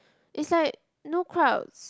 is like no crowds